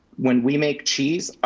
when we make cheese,